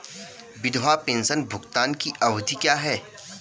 विधवा पेंशन भुगतान की अवधि क्या है?